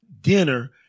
dinner